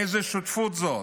איזו שותפות זו?